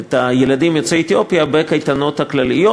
את הילדים יוצאי אתיופיה בקייטנות הכלליות,